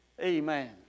Amen